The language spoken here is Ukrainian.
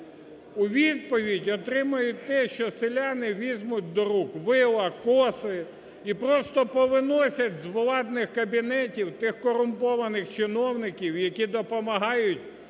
У відповідь отримають те, що селяни візьмуть до рук вила, коси і просто повиносять з владних кабінетів тих корумпованих чиновників, які допомагають